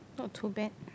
not too bad